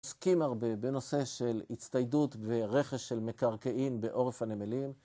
עוסקים הרבה בנושא של הצטיידות ברכש של מקרקעין בעורף הנמלים.